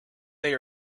they